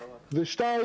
ו-ב',